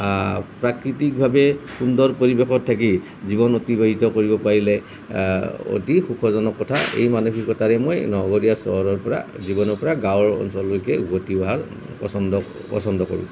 প্ৰাকৃতিকভাৱে সুন্দৰ পৰিৱেশত থাকি জীৱন অতিবাহিত কৰিব পাৰিলে অতি সুখজনক কথা এই মানসিকতাৰে মই নগৰীয়া চহৰৰ পৰা জীৱনৰ পৰা গাঁৱৰ অঞ্চললৈকে উভটি অহাৰ পচন্দ পচন্দ কৰোঁ